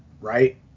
right